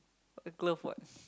wear glove [what]